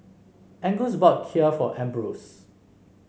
Angus bought Kheer for Ambrose